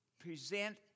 present